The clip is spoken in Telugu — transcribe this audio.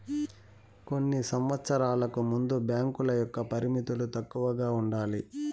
కొన్ని సంవచ్చరాలకు ముందు బ్యాంకుల యొక్క పరిమితులు తక్కువ ఉండాలి